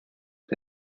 que